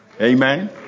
Amen